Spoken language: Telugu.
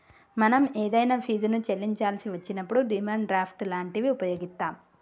మనం ఏదైనా ఫీజుని చెల్లించాల్సి వచ్చినప్పుడు డిమాండ్ డ్రాఫ్ట్ లాంటివి వుపయోగిత్తాం